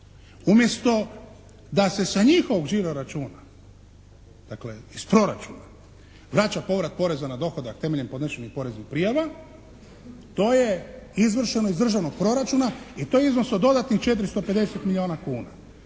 Umjesto da se sa njihovog žiro računa, dakle iz proračuna vraća povrat poreza na dohodak temeljem podnešenih poreznih prijava. To je izvršeno iz državnog proračuna i to je iznos od dodatnih 450 milijuna kuna.